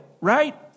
right